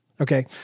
okay